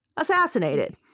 assassinated